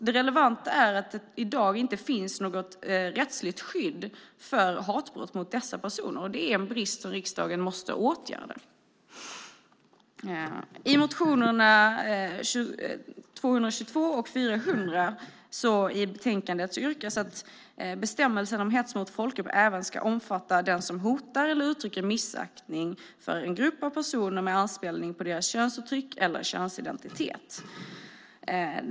Det relevanta är att det i dag inte finns något rättsligt skydd som gäller hatbrott mot dessa personer, och det är en brist som riksdagen måste åtgärda. I motionerna 222 och 400 yrkas att bestämmelserna om hets mot folkgrupp även ska omfatta den som hotar eller uttrycker missaktning för en grupp av personer med anspelning på deras könsuttryck eller könsidentitet.